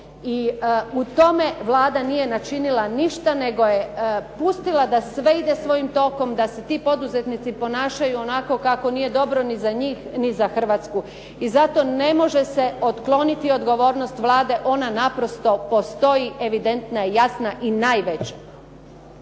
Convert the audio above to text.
u tome Vlada nije načinila ništa nego je pustila da sve ide svojim tokom, da se ti poduzetnici ponašaju onako kako nije dobro ni za njih ni za Hrvatsku. I zato ne može se otkloniti odgovornost Vlade. Ona naprosto postoji. Evidentna je, jasna i najveća.